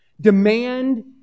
demand